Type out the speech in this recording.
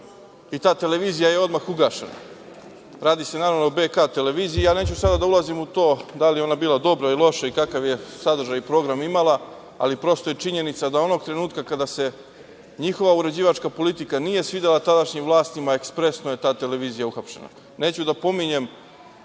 i ta televizija je odmah ugašena. Radi se, naravno, o BK televiziji. Neću sada da ulazim u to da li je ona bila dobra ili loša i kakav je sadržaj i program imala, ali prosta je činjenica da onog trenutka kada se njihova uređivačka politika nije svidela tadašnjim vlastima, ekspresno je ta televizija uhapšena. Neću da pominjem